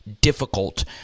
difficult